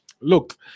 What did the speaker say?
Look